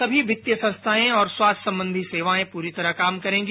समी वित्तीय संस्थाए और स्वास्थ्य संबंधी सेवाएं पूरी तरह काम करेंगी